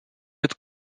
het